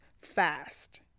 fast